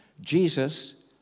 Jesus